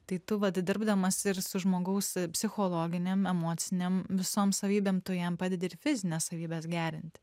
tai tu va dirbdamas ir su žmogaus psichologinėm emocinėm visom savybėm tu jam padedi ir fizines savybes gerinti